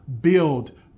Build